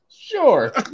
sure